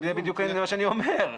זה בדיוק מה שאני אומר,